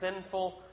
sinful